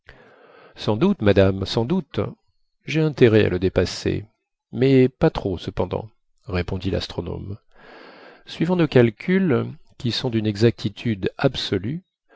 sans doute madame sans doute j'ai intérêt à le dépasser mais pas trop cependant répondit l'astronome suivant nos calculs qui sont d'une exactitude absolue